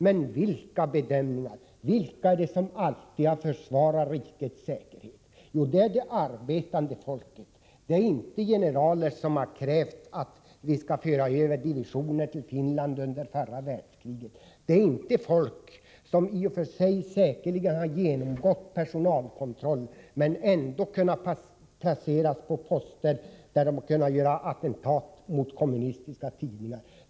Men vilka är det som alltid har försvarat rikets säkerhet? Jo, det är det arbetande folket. Det är inte de generaler som under förra världskriget krävde att vi skulle föra över divisioner till Finland, det är inte folk som i och för sig säkerligen har genomgått personalkontroll men ändå placerats på poster där de kunnat göra attentat mot kommunistiska tidningar.